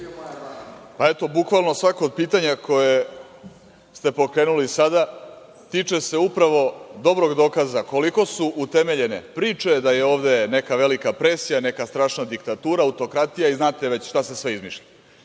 Orlić** Bukvalno svako od pitanja koje ste pokrenuli sada tiče se upravo dobrog dokaza koliko su utemeljene priče da je ovde neka velika presija, neka strašna diktatura, autokratija i znate već šta se sve izmišlja. Pitanje,